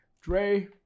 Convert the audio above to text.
Dre